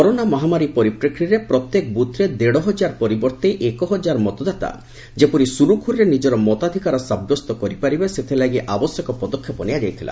corona ମହାମାରୀ ପରିପ୍ରେକ୍ଷୀରେ ପ୍ରତ୍ୟେକ ରୂଥ୍ରେ ଦେଢ଼ ହଜାର ପରିବର୍ତ୍ତେ ଏକ ହଜାର ମତଦାତା ଯେପରି ସୁରୁଖୁରୁରେ ନିଜର ମତାଧିକାର ସାବ୍ୟସ୍ତ କରିପାରିବେ ସେଥିଲାଗି ଆବଶ୍ୟକ ପଦକ୍ଷେପ ନିଆଯାଇଥିଲା